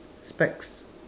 specs